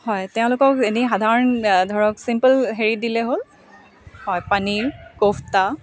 হয় তেওঁলোকক এনেই সাধাৰণ ধৰক ছিম্পল হেৰি দিলে হ'ল হয় পনীৰ কোফ্টা